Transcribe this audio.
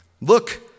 Look